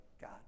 God